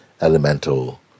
elemental